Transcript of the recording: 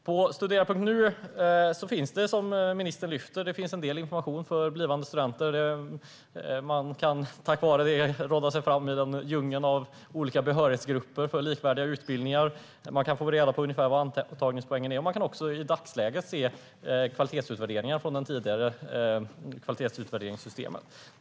På studera.nu finns, som ministern lyfter fram, en del information för blivande studenter. Man kan tack vare den rodda sig fram i djungeln av olika behörighetsgrupper för likvärdiga utbildningar. Man kan få reda på ungefär vad antagningspoängen är, och man kan i dagsläget även se kvalitetsutvärderingar från det tidigare kvalitetsutvärderingssystemet.